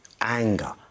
anger